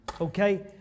Okay